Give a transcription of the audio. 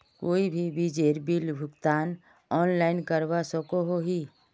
कोई भी चीजेर बिल भुगतान ऑनलाइन करवा सकोहो ही?